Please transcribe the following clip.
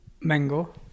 Mango